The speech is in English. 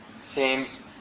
Seems